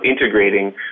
integrating